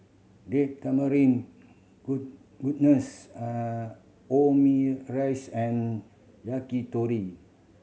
Date Tamarind Omurice and Yakitori